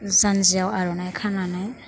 जानजियाव आरनाइ खानानै